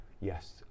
yes